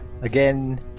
again